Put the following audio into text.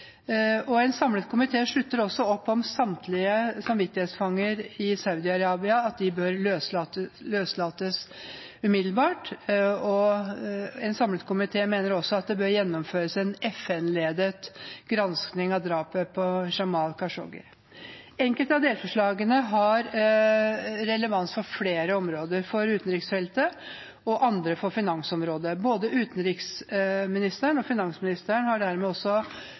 sammen. En samlet komité slutter opp om at samtlige samvittighetsfanger i Saudi-Arabia bør løslates umiddelbart, og en samlet komité mener også at det bør gjennomføres en FN-ledet gransking av drapet på Jamal Khashoggi. Enkelte av delforslagene har relevans for flere områder på utenriksfeltet, og andre på finansområdet. Både utenriksministeren og finansministeren har dermed